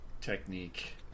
technique